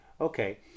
Okay